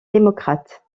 démocrate